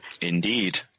Indeed